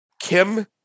Kim